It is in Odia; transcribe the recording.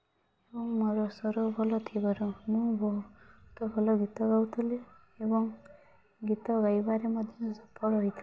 ଆଉ ମୋର ସ୍ୱର ଭଲ ଥିବାରୁ ମୁଁ ବହୁତ ଭଲ ଗୀତ ଗାଉଥିଲି ଏବଂ ଗୀତ ଗାଇବାରେ ମଧ୍ୟ ସଫଳ ହେଇଥିଲି